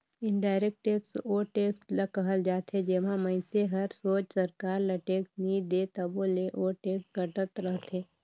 indirect tax ओ tax ल कहल जाथे जेम्हां मइनसे हर सोझ सरकार ल टेक्स नी दे तबो ले ओ टेक्स कटत रहथे